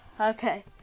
okay